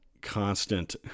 constant